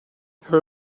her